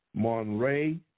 Monray